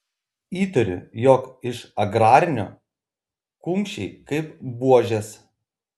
įtariu jog iš agrarinio kumščiai kaip buožės